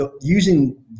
using